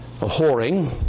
a-whoring